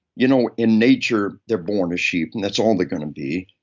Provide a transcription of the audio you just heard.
you know in nature, they're born as sheep, and that's all they're gonna be.